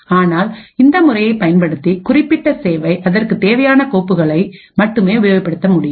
ஆனால் இந்த முறையை பயன்படுத்தி குறிப்பிட்ட சேவை அதற்கு தேவையான கோப்புகளை மட்டுமே உபயோகப்படுத்த முடியும்